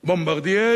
"בומברדיה",